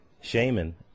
Shaman